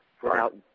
throughout